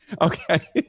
Okay